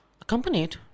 Accompanied